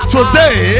Today